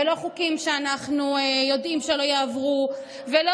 והם לא חוקים שאנחנו יודעים שלא יעברו והם